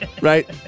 Right